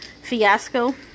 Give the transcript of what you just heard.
fiasco